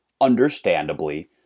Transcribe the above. understandably